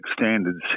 standards